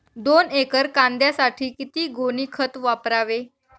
दोन एकर कांद्यासाठी किती गोणी खत वापरावे?